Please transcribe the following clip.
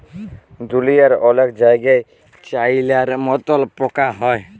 দুঁলিয়ার অলেক জায়গাই চাইলার মতল পকা খায়